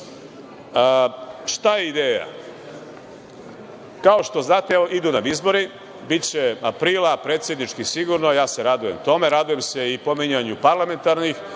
je ideja? Kao što znate idu nam izbori, biće aprila predsednički sigurno, a radujem se tome, radujem se i pominjanju parlamentarnih.